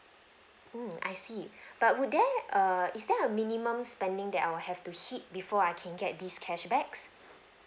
mm I see but would there err is there a minimum spending that I'll have to hit before I can get these cashbacks